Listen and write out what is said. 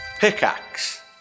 Pickaxe